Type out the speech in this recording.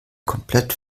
komplett